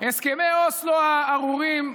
הסכמי אוסלו הארורים,